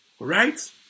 Right